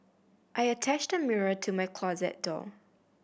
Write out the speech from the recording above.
I attached a mirror to my closet door